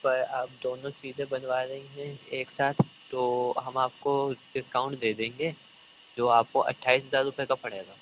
پر آپ دونوں چیزیں بنوا رہی ہیں ایک ساتھ تو ہم آپ کو ڈسکاؤنٹ دے دیں گے جو آپ کو اٹھائیس ہزار روپے کا پڑے گا